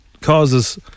causes